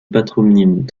patronyme